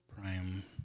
Prime